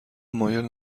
مایل